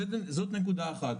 זאת נקודה אחת,